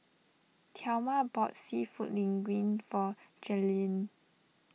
thelma bought Seafood Linguine for Jaylynn